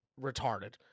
retarded